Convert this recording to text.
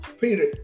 Peter